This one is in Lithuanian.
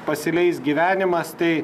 pasileis gyvenimas tai